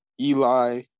Eli